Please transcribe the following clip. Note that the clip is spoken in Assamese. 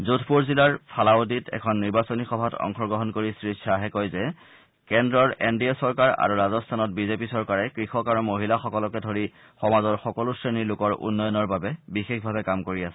যোধপুৰ জিলাৰ ফালাউদীত এখন নিৰ্বাচনী সভাত অংশগ্ৰহণ কৰি শ্ৰীখাহে কয় যে কেন্দ্ৰৰ এন ডি এ চৰকাৰ আৰু ৰাজস্থানত বিজেপি চৰকাৰে কৃষক আৰু মহিলাসকলকে ধৰি সমাজৰ সকলো শ্ৰেণীৰ লোকৰ উন্নয়নৰ বাবে বিশেষভাৱে কাম কৰি আছে